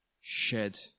shed